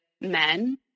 men